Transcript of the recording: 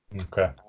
Okay